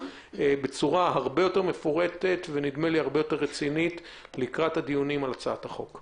בצורה מפורטת ורצינית לקראת הדיונים על הצעת החוק.